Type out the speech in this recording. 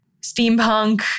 steampunk